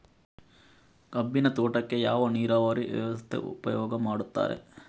ಕಬ್ಬಿನ ತೋಟಕ್ಕೆ ಯಾವ ನೀರಾವರಿ ವ್ಯವಸ್ಥೆ ಉಪಯೋಗ ಮಾಡುತ್ತಾರೆ?